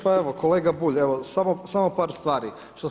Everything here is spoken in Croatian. Pa evo kolega Bulj, evo samo par stvar.